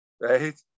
right